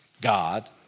God